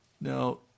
Now